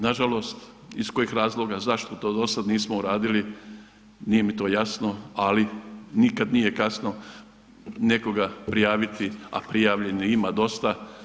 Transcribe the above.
Nažalost iz kojih razloga, zašto to dosad nismo uradili, nije mi to jasno, ali nikad nije kasno nekoga prijaviti, a prijavljeno ima dosta.